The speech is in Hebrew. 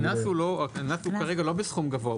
הקנס כרגע לא בסכום גבוה,